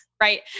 Right